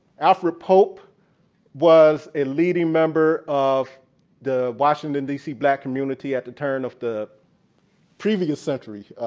alfred pope was a leading member of the washington, d c. black community at the turn of the previous century,